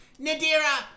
Nadira